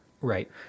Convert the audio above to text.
Right